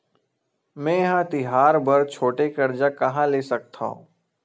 मेंहा तिहार बर छोटे कर्जा कहाँ ले सकथव?